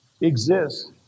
exists